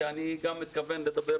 כי אני גם מתכוון לדבר